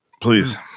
Please